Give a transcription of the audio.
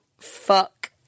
fuck